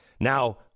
Now